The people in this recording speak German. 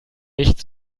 nicht